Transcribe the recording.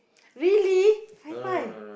really high five